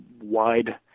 wide